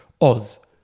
Oz